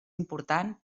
important